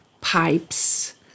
pipes